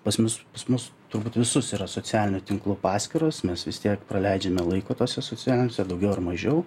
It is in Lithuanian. pas mus pas mus turbūt visus yra socialinių tinklų paskyros mes vis tiek praleidžiame laiko tuose socialiniuose daugiau ar mažiau